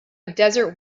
desert